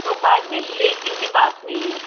भोपाल में lake view के पास में ही है